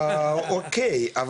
אוקיי,